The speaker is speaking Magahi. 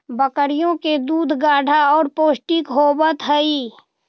बकरियों के दूध गाढ़ा और पौष्टिक होवत हई